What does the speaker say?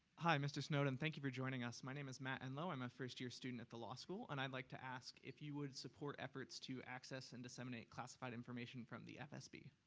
hi, mr. snowden. thank you for joining us. my name is matt enlow, i'm a first year student at the law school. and i'd like to ask if you would support efforts to access and disseminate classified information from the fsb?